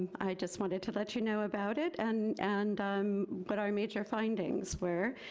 i just wanted to let you know about it, and and um what our major findings where.